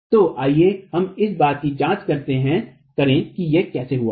तो आइए हम इस बात की जाँच करें कि यह कैसे हुआ है